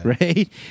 right